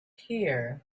here